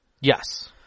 Yes